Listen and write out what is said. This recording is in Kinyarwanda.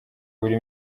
buri